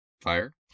Fire